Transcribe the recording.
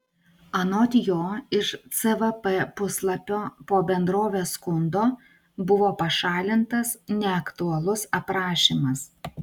anot jo iš cvp puslapio po bendrovės skundo buvo pašalintas neaktualus aprašymas